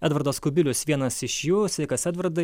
edvardas kubilius vienas iš jų sveikas edvardai